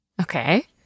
okay